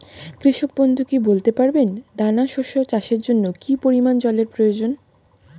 কৃষক বন্ধু কি বলতে পারবেন দানা শস্য চাষের জন্য কি পরিমান জলের প্রয়োজন?